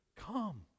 Come